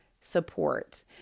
support